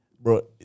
Bro